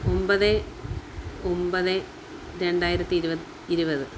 ഒമ്പത് ഒമ്പത് രണ്ടായിരത്തി ഇരുപത് ഇരുപത്